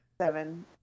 seven